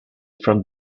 from